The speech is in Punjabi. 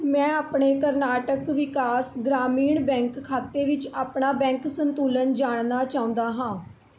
ਮੈਂ ਆਪਣੇ ਕਰਨਾਟਕ ਵਿਕਾਸ ਗ੍ਰਾਮੀਣ ਬੈਂਕ ਖਾਤੇ ਵਿੱਚ ਆਪਣਾ ਬੈਂਕ ਸੰਤੁਲਨ ਜਾਣਨਾ ਚਾਹੁੰਦਾ ਹਾਂ